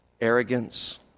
arrogance